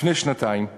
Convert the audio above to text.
לפני שנתיים הוחלט,